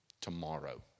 tomorrow